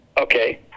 Okay